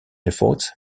efforts